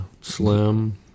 Slim